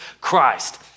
Christ